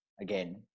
again